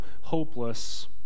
hopeless